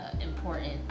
important